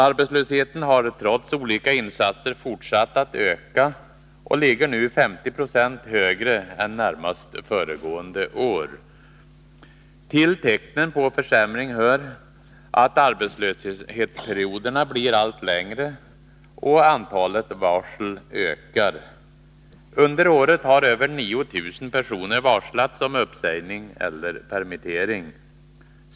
Arbetslösheten har trots olika insatser fortsatt att öka och ligger nu 50 90 högre än närmast föregående år. Till tecknen på en försämring hör att arbetslöshetsperioderna blir allt längre och att antalet varsel ökar. Under året har över 9 000 personer varslats om uppsägning eller permittering.